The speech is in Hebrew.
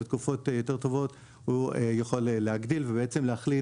ותקופות יותר טובות הוא יכול להגדיל ובעצם להחליט